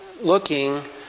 looking